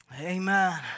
Amen